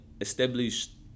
established